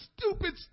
stupid